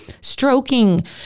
stroking